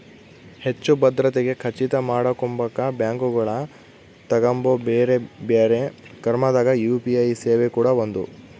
ಹೆಚ್ಚು ಭದ್ರತೆಗೆ ಖಚಿತ ಮಾಡಕೊಂಬಕ ಬ್ಯಾಂಕುಗಳು ತಗಂಬೊ ಬ್ಯೆರೆ ಬ್ಯೆರೆ ಕ್ರಮದಾಗ ಯು.ಪಿ.ಐ ಸೇವೆ ಕೂಡ ಒಂದು